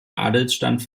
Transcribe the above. adelsstand